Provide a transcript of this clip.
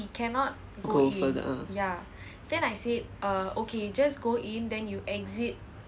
go further ah